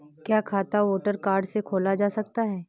क्या खाता voter card से खोला जा सकता है?